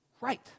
right